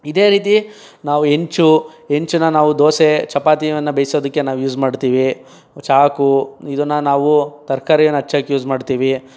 ಇದೇ ರೀತಿ ನಾವು ಹೆಂಚು ಹೆಂಚ್ನ ನಾವು ದೋಸೆ ಚಪಾತಿಯನ್ನ ಬೇಯ್ಸೋದಕ್ಕೆ ನಾವು ಯೂಸ್ ಮಾಡ್ತೀವಿ ಚಾಕು ಇದನ್ನ ನಾವು ತರಕಾರಿಯನ್ನು ಹೆಚ್ಚಕ್ಕೆ ಯೂಸ್ ಮಾಡ್ತೀವಿ